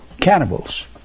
cannibals